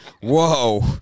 Whoa